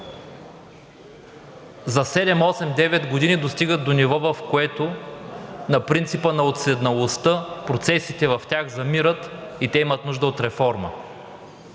за 7, 8, 9 години достигат до ниво, в което на принципа на уседналостта процесите в тях замират и те имат нужда от реформа.